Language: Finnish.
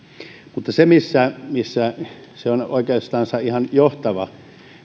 mutta se missä missä se on oikeastansa ihan johtava